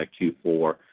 Q4